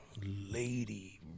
lady